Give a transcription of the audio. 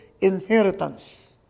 inheritance